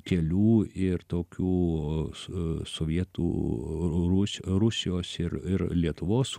kelių ir tokių su sovietų rusija rusijos ir ir lietuvos